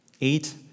Eight